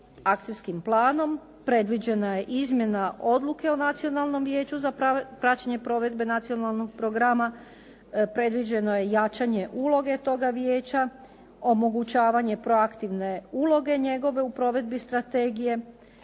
akcijskim planom predviđena je izmjena odluke o Nacionalnom vijeću za praćenje provedbe nacionalnog programa, predviđeno je jačanje uloge toga vijeća, omogućavanje proaktivne uloge njegove u provedbi strategije,